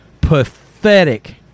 pathetic